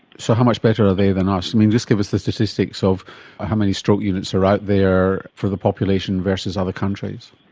so how much better are they then us? i mean, just give us the statistics of how many stroke units are out there for the population versus other countries.